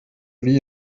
wie